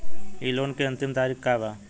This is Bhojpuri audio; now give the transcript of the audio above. इ लोन के अन्तिम तारीख का बा?